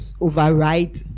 override